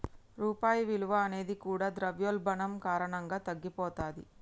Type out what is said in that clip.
రూపాయి విలువ అనేది కూడా ద్రవ్యోల్బణం కారణంగా తగ్గిపోతది